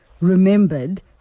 remembered